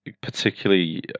particularly